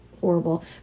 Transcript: horrible